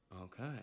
Okay